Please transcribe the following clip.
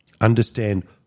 understand